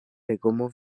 legomo